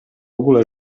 ogóle